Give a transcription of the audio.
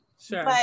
Sure